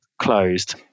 closed